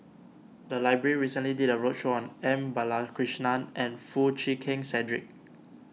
the library recently did a roadshow on M Balakrishnan and Foo Chee Keng Cedric